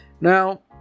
Now